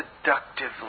seductively